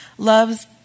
Loves